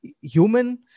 human